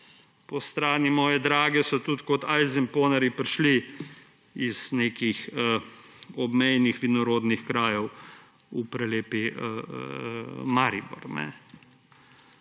Po strani moje drage so tudi kot ajzenponarji prišli iz nekih obmejnih vinorodnih krajev v prelepi Maribor.